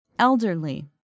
Elderly